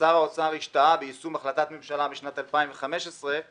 שר האוצר השתהה ביישום החלטת ממשלה משנת 2015 על